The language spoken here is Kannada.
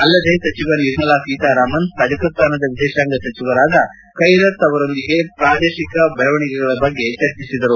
ಅಲ್ಲದೆ ಸಚಿವೆ ನಿರ್ಮಲಾ ಸೀತಾರಾಮನ್ ಕಜಕ್ಸ್ತಾನದ ವಿದೇಶಾಂಗ ಸಚಿವರಾದ ಕೈರತ್ ಅಬದ್ರಕ್ಮನೋವ್ ಅವರೊಂದಿಗೆ ಪ್ರಾದೇಶಿಕ ಬೆಳವಣಿಗೆಗಳ ಬಗ್ಗೆ ಚರ್ಚಿಸಿದರು